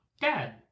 Dad